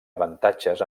avantatges